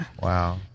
Wow